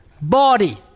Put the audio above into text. body